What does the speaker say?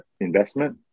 investment